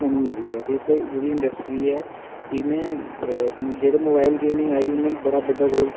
मेरा बचार एह् ऐ स्पोर्टस उप्पर कि गौरमैंट कोई होर फंड देआ दी ऐ होर अग्गें देऐ